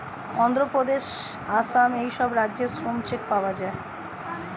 অন্ধ্রপ্রদেশ, আসাম এই সব রাজ্যে শ্রম চেক পাওয়া যায়